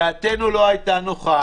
דעתנו לא הייתה נוחה.